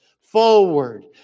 forward